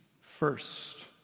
first